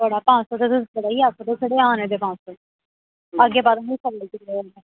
बड़ा पंज सौ ते बड़ा ही आखादेओ तुस आने दे पंज सौ अग्गें पैह्लें नीं कम्म कीते दा